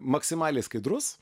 maksimaliai skaidrus